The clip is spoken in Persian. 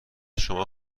شما